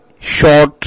short